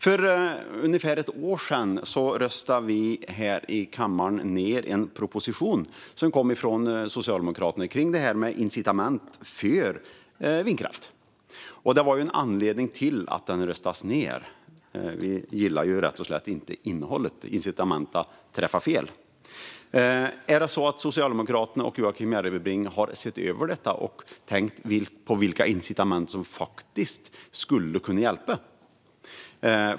För ungefär ett år sedan röstade vi här i kammaren ned en proposition som kom från Socialdemokraterna om incitament för vindkraft. Det fanns en anledning till att den röstades ned: Vi gillade rätt och slätt inte innehållet. Incitamenten träffade fel. Har Socialdemokraterna och Joakim Järrebring sett över detta och tänkt på vilka incitament som faktiskt skulle kunna hjälpa?